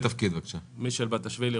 מישל בטאשווילי,